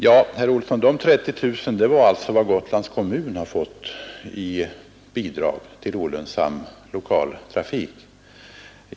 Ja, herr Olsson i Kil, de 30 000 kronorna var alltså vad Gotlands kommun har fått i bidrag till olönsam lokaltrafik.